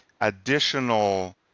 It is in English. additional